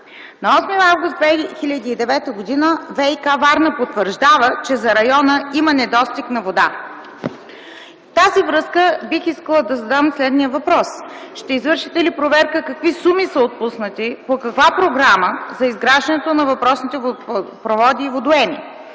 На 8 август 2009 г. ВиК – Варна, потвърждава, че за района има недостиг на вода. В тази връзка бих искала да задам следния въпрос: ще извършите ли проверка какви суми са отпуснати, по каква програма за изграждането на въпросните водопроводи и водоеми?